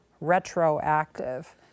retroactive